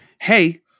Hey